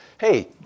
Hey